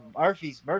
Murphy's